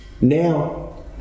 Now